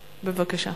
בבקשה.